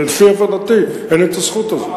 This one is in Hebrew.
לפי הבנתי, אין הזכות הזאת.